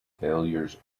failures